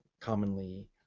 commonly